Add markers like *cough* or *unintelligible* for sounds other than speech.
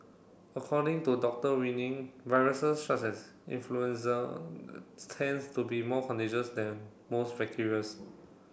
according to Doctor Winning viruses such as influenza *unintelligible* tends to be more contagious than most bacterias